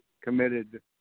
committed